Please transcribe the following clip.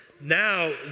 now